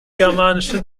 germanische